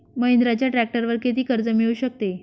महिंद्राच्या ट्रॅक्टरवर किती कर्ज मिळू शकते?